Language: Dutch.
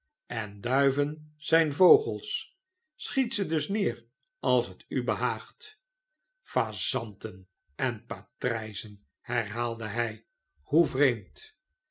en duiven zijn vogels schiet ze dus neer als het u behaagt fazanten en patrh'zen herhaalde hij hoe vreemd